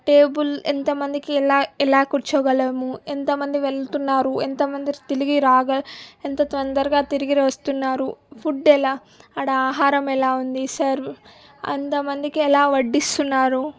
table ఎంత మందికి ఎలా ఎలా కూర్చోగలము ఎంత మంది వెళుతున్నారు ఎంత మంది తిరిగి రాగా ఎంత తొందరగా తిరిగి వస్తున్నారు ఫుడ్ ఎలా ఆడ ఆహారం ఎలా ఉంది సర్వ్ అంత మందికి ఎలా వడ్డిస్తున్నారు